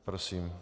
Prosím.